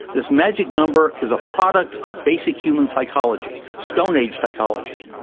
this magic number is a product of basic human psychology, stone age psychology.